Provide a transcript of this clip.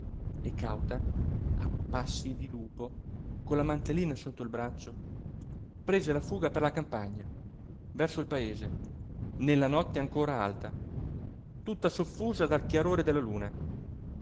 e cauta a passi di lupo con la mantellina sotto il braccio prese la fuga per la campagna verso il paese nella notte ancora alta tutta soffusa dal chiarore della luna